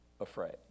afraid